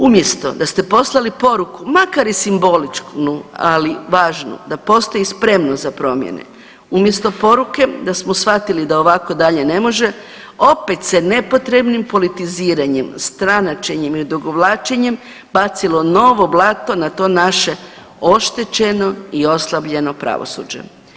Umjesto da ste poslali poruku, makar i simboličnu, ali važnu, da postoji spremnost za promjene, umjesto poruke, da smo shvatili da ovako dalje ne može, opet se nepotrebnim politiziranjem, stranačenjem i odugovlačenjem bacilo novo blato na to naše oštećeno i oslabljeno pravosuđe.